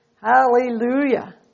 Hallelujah